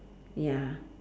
ya